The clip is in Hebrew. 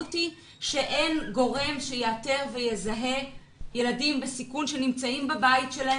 המשמעות היא שאין גורם שיאתר ויזהה ילדים בסיכון שנמצאים בבית שלהם